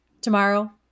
tomorrow